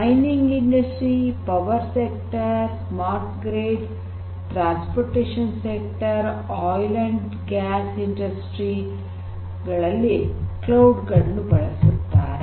mining industry power sector smart grid transportation sector oil ಮತ್ತು gas industry ಗಳಲ್ಲಿ cloud ಅನ್ನು ಬಳಸುತ್ತಾರೆ